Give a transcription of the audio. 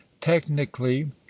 technically